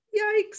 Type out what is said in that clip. Yikes